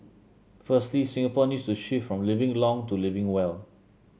firstly Singapore needs to shift from living long to living well